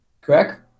Correct